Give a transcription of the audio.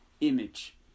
image